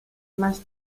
más